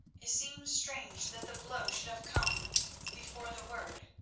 it seems strange that the blow should have come before the word.